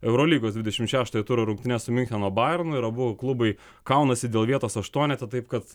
eurolygos dvidešim šeštojo turo rungtynes su miuncheno bajernu ir abu klubai kaunasi dėl vietos aštuonete taip kad